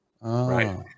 right